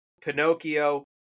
Pinocchio